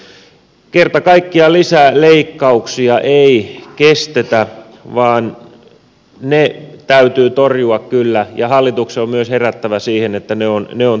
kerta kaikkiaan lisää leikkauksia ei kestetä vaan ne täytyy torjua kyllä ja hallituksen on myös herättävä siihen että ne on torjuttava